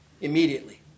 immediately